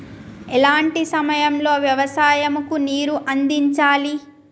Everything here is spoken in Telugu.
ఎలాంటి సమయం లో వ్యవసాయము కు నీరు అందించాలి?